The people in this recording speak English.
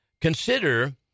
consider